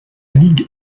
ligue